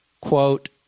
quote